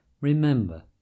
Remember